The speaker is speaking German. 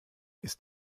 ist